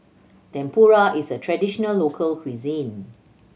tempura is a traditional local cuisine